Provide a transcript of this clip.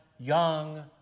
young